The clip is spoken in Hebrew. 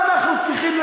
למה אנחנו צריכים,